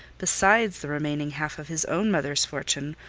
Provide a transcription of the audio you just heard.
besides the remaining half of his own mother's fortune,